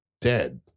dead